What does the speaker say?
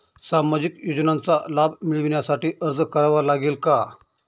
सामाजिक योजनांचा लाभ मिळविण्यासाठी अर्ज करावा लागेल का?